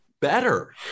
better